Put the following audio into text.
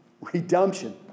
redemption